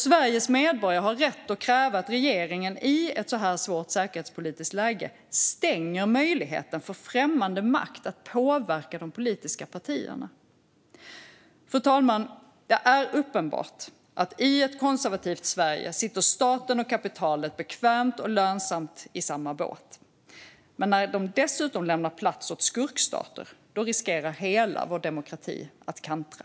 Sveriges medborgare har rätt att kräva att regeringen i ett svårt säkerhetspolitiskt läge stänger möjligheten för främmande makt att påverka de politiska partierna. Fru talman! Det är uppenbart att i ett konservativt Sverige sitter staten och kapitalet bekvämt och lönsamt i samma båt. Men när de dessutom lämnar plats åt skurkstater riskerar hela vår demokrati att kantra.